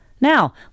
Now